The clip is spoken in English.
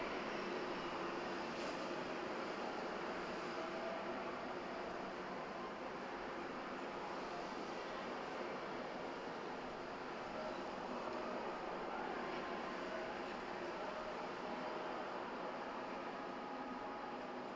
okay